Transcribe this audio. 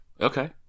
okay